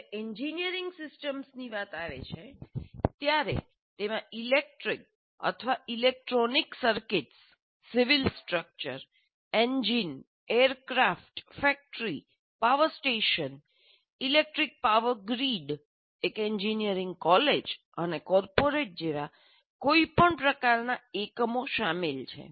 જ્યારે એન્જિનિયરિંગ સિસ્ટમ્સની વાત આવે છે ત્યારે તેમાં ઇલેક્ટ્રિક અથવા electronics circuits civil structure engine aircraft factory power station electric power grid એક એન્જિનિયરિંગ કોલેજ અને કોર્પોરેટ જેવા કોઈપણ પ્રકારનાં એકમો શામેલ છે